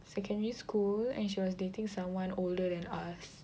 secondary school and she was dating someone older than us